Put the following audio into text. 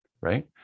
right